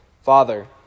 father